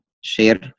share